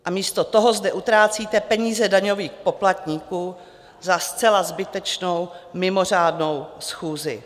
A místo toho zde utrácíte peníze daňových poplatníků za zcela zbytečnou mimořádnou schůzi.